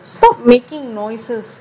stop making noises